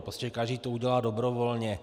Prostě každý to udělá dobrovolně.